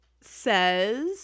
says